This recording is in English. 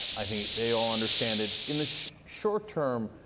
i think they all understand it. in the short term,